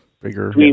bigger